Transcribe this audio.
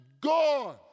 gone